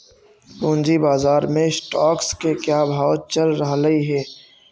पूंजी बाजार में स्टॉक्स के क्या भाव चल रहलई हे